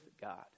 God